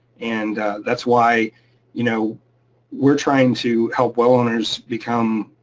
and that's why you know we're trying to help well owners become